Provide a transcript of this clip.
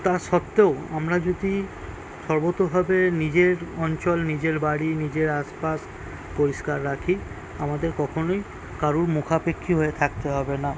তা সত্ত্বেও আমরা যদি সর্বতোভাবে নিজের অঞ্চল নিজের বাড়ি নিজের আশপাশ পরিষ্কার রাখি আমাদের কখনোই কারোর মুখাপেক্ষী হয়ে থাকতে হবে না